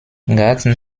garden